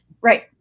Right